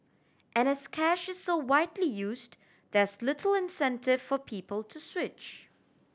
and as cash is so widely used there's little incentive for people to switch